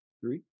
three